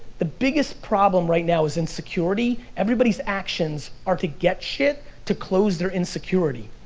the biggest problem right now is insecurity. everybody's actions are to get shit to close their insecurity.